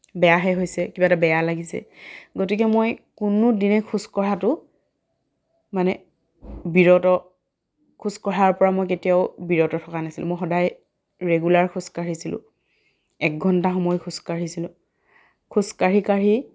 বেয়াহে হৈছে কিবা এটা বেয়া লাগিছে গতিকে মই কোনো দিনেই খোজকঢ়াতো মানে বিৰত খোজকঢ়াৰ পৰা মই কেতিয়াও বিৰত থকা নাছিলোঁ মই সদায় ৰেগুলাৰ খোজকাঢ়িছিলোঁ এক ঘণ্টা সময় খোজকাঢ়িছিলোঁ খোজকাঢ়ি কাঢ়ি